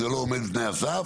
שזה לא עומד בתנאי הסף,